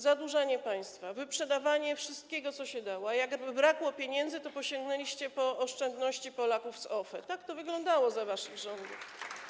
Zadłużanie państwa, wyprzedawanie wszystkiego, co się dało, a jak brakło pieniędzy, to sięgnęliście po oszczędności Polaków z OFE - tak to wyglądało za waszych rządów.